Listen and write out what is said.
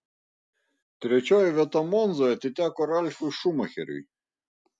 trečioji vieta monzoje atiteko ralfui šumacheriui